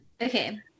Okay